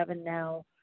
now